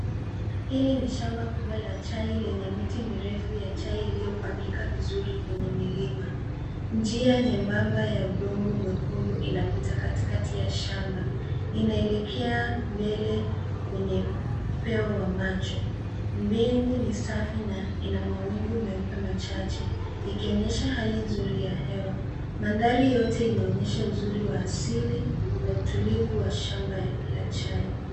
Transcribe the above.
Hili ni shamba kubwa la chai lenye miti mirefu ya chai iliyopangika vizuri kwenye milima. Njia nyembaba ya udongo mwekundu inapita katikati ya shamba. Inaelekea mbele kwenye upeo wa macho. Mbingu ni safi na ina mawingu meupe machache ikionyesha hali nzuri ya hewa. Mandhari yote inaonyesha uzuri wa asili na utulivu wa shamba la chai.